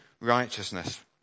Righteousness